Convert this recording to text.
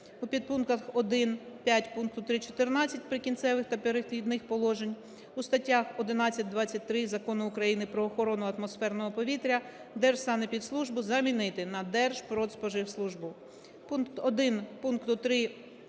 5 пункту 3.14 "Прикінцевих та перехідних положень" у статтях 11, 23 Закону України "Про охорону атмосферного повітря" "Держсанепідслужбу" замінити на "Держпродспоживслужбу".